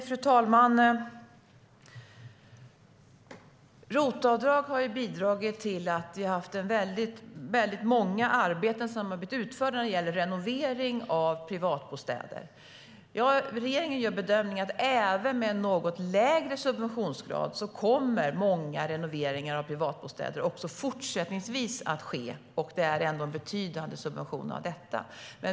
Fru talman! ROT-avdrag har bidragit till att väldigt många arbeten har blivit utförda när det gäller renovering av privatbostäder. Regeringen gör bedömningen att även med en något lägre subventionsgrad så kommer många renoveringar av privatbostäder att ske även fortsättningsvis. Det är ändå en betydande subvention av detta.